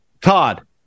Todd